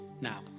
now